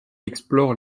explore